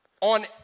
On